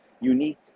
unique